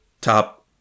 top